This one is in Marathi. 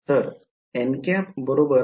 तर बरोबर आहे